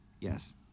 Yes